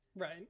Right